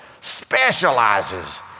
specializes